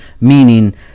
Meaning